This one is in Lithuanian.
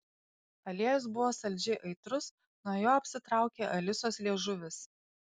aliejus buvo saldžiai aitrus nuo jo apsitraukė alisos liežuvis